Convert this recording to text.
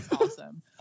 awesome